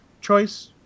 choice